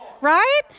right